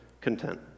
content